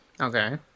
Okay